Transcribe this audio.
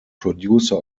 producer